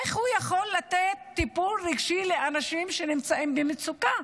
איך הוא יכול לתת טיפול רגשי לאנשים שנמצאים במצוקה?